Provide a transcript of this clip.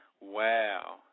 Wow